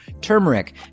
turmeric